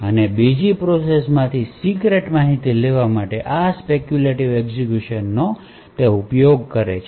અને તે બીજી પ્રોસેસ માંથી સીક્રેટ માહિતીને લેવા માટે આ સ્પેક્યૂલેટિવ એક્ઝેક્યુશન નો ઉપયોગ કરે છે